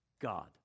God